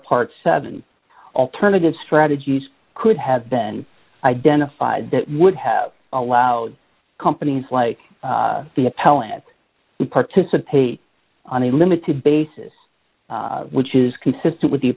part seven alternative strategies could have been identified that would have allowed companies like the appellant to participate on a limited basis which is consistent with the